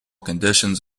conditions